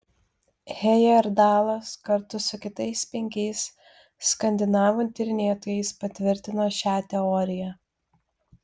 hejerdalas kartu su kitais penkiais skandinavų tyrinėtojais patvirtino šią teoriją